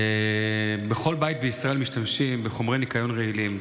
בכל בית בישראל משתמשים בחומרי ניקיון רעילים.